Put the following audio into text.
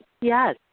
yes